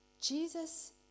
Jesus